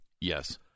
Yes